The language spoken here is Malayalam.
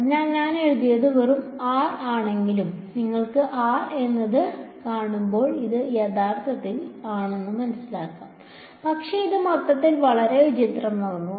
അതിനാൽ ഞാൻ എഴുതിയത് വെറും r ആണെങ്കിലും നിങ്ങൾ r എന്ന് കാണുമ്പോൾ അത് യഥാർത്ഥത്തിൽ ആണെന്ന് മനസ്സിലായി പക്ഷേ അത് മൊത്തത്തിൽ വളരെ വിചിത്രമാക്കുന്നു